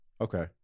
Okay